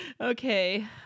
Okay